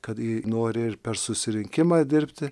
kad ji nori ir per susirinkimą dirbti